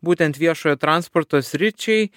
būtent viešojo transporto sričiai